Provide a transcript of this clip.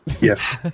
yes